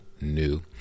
new